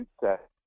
set